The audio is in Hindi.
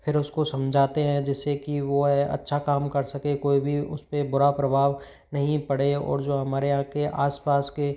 फिर उसको समझते हैं जिससे कि वो है अच्छा काम कर सके कोई भी उस पे बुरा प्रभाव नहीं पड़े और जो हमारे यहां के आस पास के